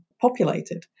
populated